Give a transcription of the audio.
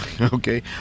Okay